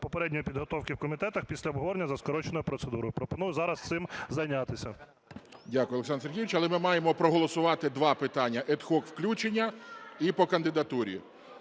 попередньої підготовки в комітетах після обговорення за скороченою процедурою. Пропоную зараз цим зайнятися. ГОЛОВУЮЧИЙ. Дякую, Олександр Сергійович. Але ми маємо проголосувати два питання: ad hoc включення і по кандидатурі.